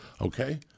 Okay